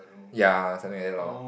ya something like that lor